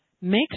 make